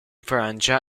francia